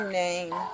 name